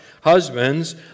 Husbands